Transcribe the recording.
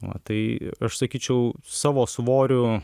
va tai aš sakyčiau savo svoriu